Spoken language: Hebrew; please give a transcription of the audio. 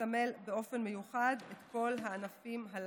מסמל באופן מיוחד את כל הענפים הללו.